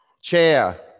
Chair